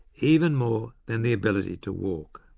even more than the ability to walk.